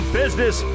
business